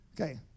Okay